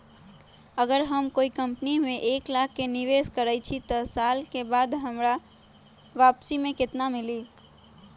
अगर हम कोई कंपनी में एक लाख के निवेस करईछी त एक साल बाद हमरा वापसी में केतना मिली?